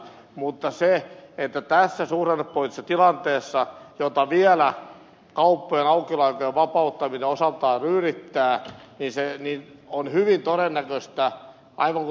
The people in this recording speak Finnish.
mutta tässä suhdannepoliittisessa tilanteessa jota vielä kauppojen aukioloaikojen vapauttaminen osaltaan ryydittää on hyvin todennäköistä aivan kuten ed